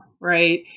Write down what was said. Right